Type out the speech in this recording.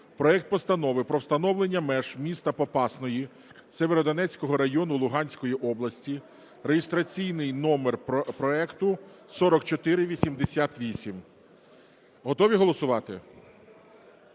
проект Постанови про встановлення меж міста Попасної Сєвєродонецького району Луганської області (реєстраційний номер проекту 4488). Готові голосувати?